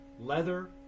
leather